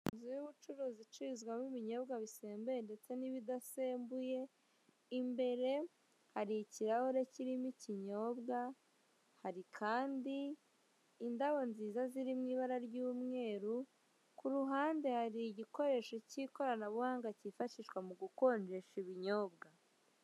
Inzu y'ubucuruzi icururizwamo ibinyobwa bisembuye ndetse n'ibidasembuye, imbere hari ikirahure kirimo ikinyobwa, hari kandi indabo nziza ziri mw'ibara ry'umweru. Ku ruhande hari igikoresho cy'ikoranabuhanga cyifashishwa mu gukonjesha ibinyobwa.